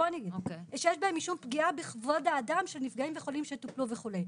שיש בהם משום פגיעה בכבוד האדם של חולים ונפגעים שטופלו וכו'.